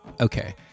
okay